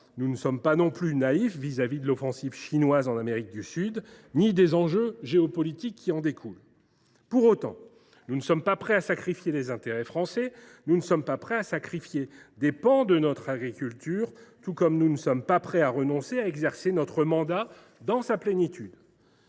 Nous ne sommes pas non plus naïfs vis à vis de l’offensive chinoise en Amérique du Sud et des enjeux géopolitiques qui en découlent. Pour autant, nous ne sommes pas prêts à sacrifier les intérêts français ni à sacrifier des pans de notre agriculture. Très bien ! Nous ne sommes pas non plus prêts à renoncer à exercer notre mandat dans sa plénitude.